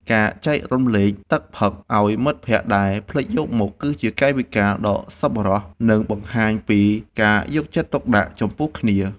ការចែករំលែកទឹកផឹកឱ្យមិត្តភក្តិដែលភ្លេចយកមក គឺជាកាយវិការដ៏សប្បុរស និងបង្ហាញពីការយកចិត្តទុកដាក់ចំពោះគ្នា។